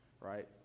Right